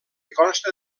consta